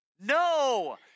No